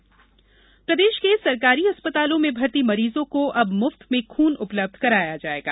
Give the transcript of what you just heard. blood bank प्रदेश के सरकारी अस्पतालों में भर्ती मरीजों को अब मुफ्त में खून उपलब्ध कराया जायेगा